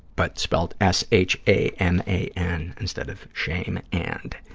but spelled s h a m a n, instead of shame and.